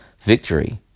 victory